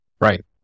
right